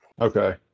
Okay